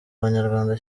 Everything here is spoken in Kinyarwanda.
abanyarwanda